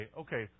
okay